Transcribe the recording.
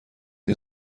این